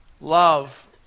love